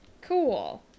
Cool